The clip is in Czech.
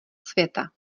světa